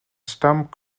stump